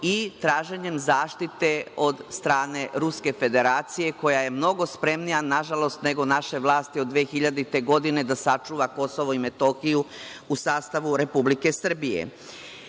i traženjem zaštite od strane Ruske Federacije koja je mnogo spremnija nego naše vlasti od 2000. godine da sačuva Kosovo i Metohiju u sastavu Republike